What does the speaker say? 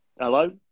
Hello